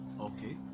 Okay